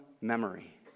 memory